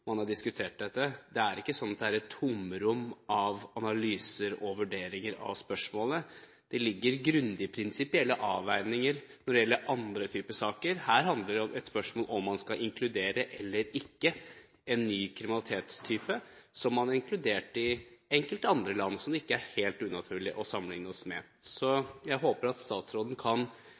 man har diskutert dette. Det er ikke slik at det er tomrom av analyser og vurderinger av spørsmålet. Det ligger grundige, prinsipielle avveininger når det gjelder andre typer saker. Her handler det om hvorvidt man skal inkludere eller ikke en ny kriminalitetstype, som man har inkludert i enkelte andre land som det ikke er helt unaturlig å sammenligne seg med. Jeg håper at statsråden kan